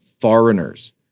foreigners